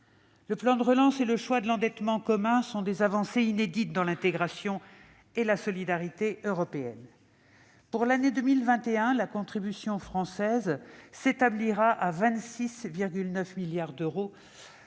Le plan de relance et le choix de l'endettement communs sont des avancées inédites dans l'intégration et la solidarité européenne. Pour l'année 2021, la contribution française s'établira à 26,9 milliards d'euros,